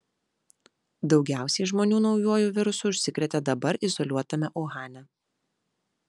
daugiausiai žmonių naujuoju virusu užsikrėtė dabar izoliuotame uhane